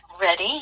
ready